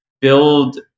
build